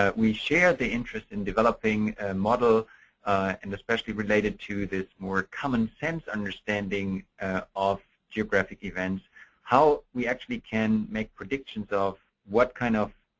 ah we share the interest in developing a model and especially related to this more common sense understanding of geographic events how we actually can make predictions of what kind of